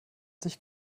sich